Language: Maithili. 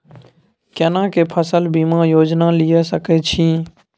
केना के फसल बीमा योजना लीए सके छी?